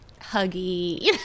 huggy